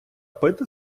пити